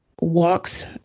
walks